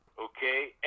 okay